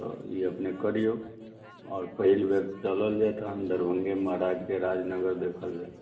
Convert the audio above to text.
तऽ ई अपने करिऔ आओर पहिल बेर चलल जाय तहन दरभङ्गे महाराजके राजनगर देखल जाय